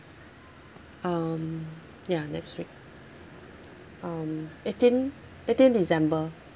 um ya next week um eighteen eighteen december